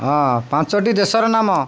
ହଁ ପାଞ୍ଚଟି ଦେଶର ନାମ